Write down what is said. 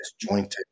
disjointed